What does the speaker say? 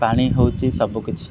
ପାଣି ହେଉଛି ସବୁକିଛି